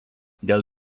dėl